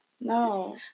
No